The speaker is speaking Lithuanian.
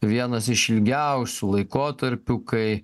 vienas iš ilgiausių laikotarpių kai